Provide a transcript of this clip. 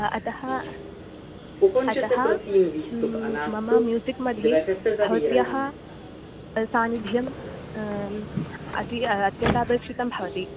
अतः अतः मम म्यूसिक्मध्ये भवत्याः सानिध्यम् अति अत्यन्तापेक्षितं भवति